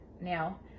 now